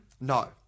No